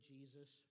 Jesus